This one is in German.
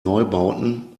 neubauten